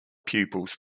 pupils